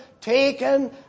taken